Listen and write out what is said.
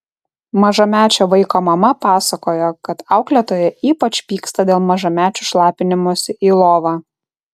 mažamečio vaiko mama pasakojo kad auklėtoja ypač pyksta dėl mažamečių šlapinimosi į lovą